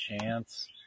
chance